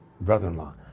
brother-in-law